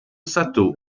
satō